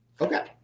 Okay